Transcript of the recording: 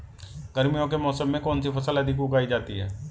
गर्मियों के मौसम में कौन सी फसल अधिक उगाई जाती है?